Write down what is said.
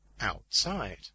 outside